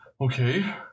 Okay